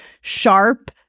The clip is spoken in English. sharp